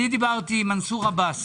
דיברתי עם מנסור עבאס